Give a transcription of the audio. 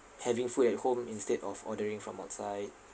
having food at home instead of ordering from outside